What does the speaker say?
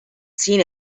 seen